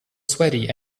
sweaty